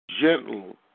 Gentle